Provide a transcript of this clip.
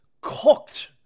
cooked